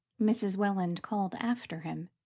mrs. welland called after him,